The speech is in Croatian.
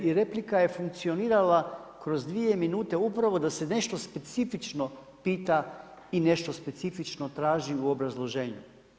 I replika je funkcionirala kroz dvije minute upravo da se nešto specifično pita i nešto specifično traži u obrazloženju.